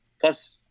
plus